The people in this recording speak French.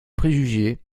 préjugés